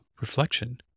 reflection